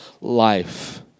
life